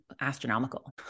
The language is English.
astronomical